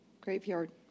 graveyard